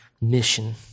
mission